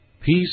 Peace